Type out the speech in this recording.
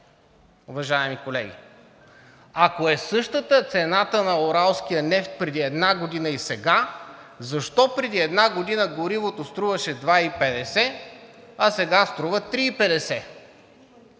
уважаеми колеги? Ако е същата цената на уралския нефт преди една година и сега, защо преди една година горивото струваше 2,50, а сега струва 3,50?